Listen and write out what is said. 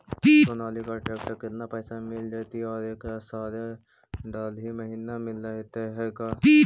Sonalika tractor केतना पैसा में मिल जइतै और ओकरा सारे डलाहि महिना मिलअ है का?